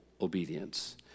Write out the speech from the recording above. obedience